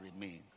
remain